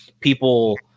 people